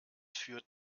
führt